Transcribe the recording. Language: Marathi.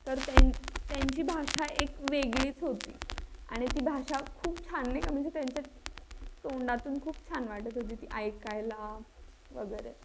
तर त्या त्यांची भाषा एक वेगळीच होती आणि ती भाषा खूप छान नाही का म्हणजे त्यांच्या तोंडातून खूप छान वाटत होती ती ऐकायला वगैरे